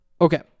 Okay